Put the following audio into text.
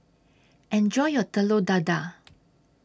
Enjoy your Telur Dadah